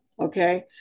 Okay